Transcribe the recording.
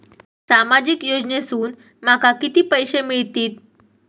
सामाजिक योजनेसून माका किती पैशे मिळतीत?